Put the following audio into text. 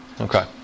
Okay